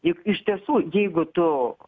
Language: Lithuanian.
juk iš tiesų jeigu tu